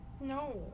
No